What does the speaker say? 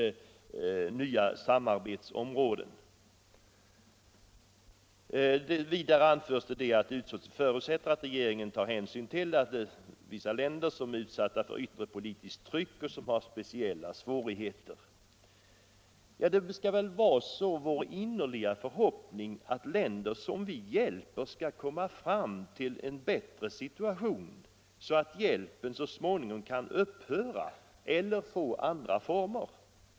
Utskottet förutsätter att regeringen vid den fleråriga biståndsplaneringen för länder som befinner sig i denna kategori beaktar den allmänna utvecklingen och därvid även önskemålet att i förekommande fall bistå dem vid ekonomiska påfrestningar som föranletts av ett yttre politiskt tryck.” Ja, det skall väl vara vår innerliga förhoppning att länder som vi hjälper skall komma fram till en bättre situation, så att hjälpen så småningom kan upphöra eller få andra former.